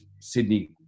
Sydney